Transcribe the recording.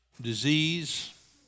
disease